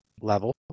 level